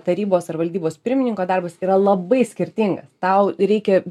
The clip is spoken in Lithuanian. tarybos ar valdybos pirmininko darbas yra labai skirtingas tau reikia